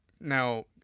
now